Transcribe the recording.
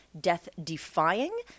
death-defying